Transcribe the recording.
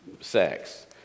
sex